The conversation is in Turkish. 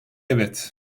evet